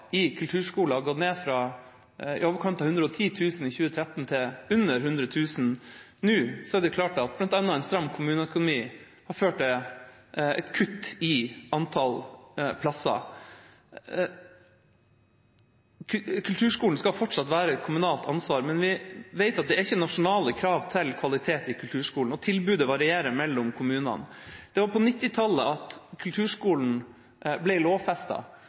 i kulturskolen har gått ned fra i overkant av 110 000 i 2013 til under 100 000 nå, er det klart at bl.a. en stram kommuneøkonomi har ført til et kutt i antall plasser. Kulturskolen skal fortsatt være et kommunalt ansvar, men vi vet at det ikke er nasjonale krav til kvalitet i kulturskolen, og tilbudet varierer mellom kommunene. Det var på 1990-tallet kulturskolen ble